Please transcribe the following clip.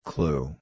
Clue